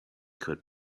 could